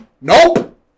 Nope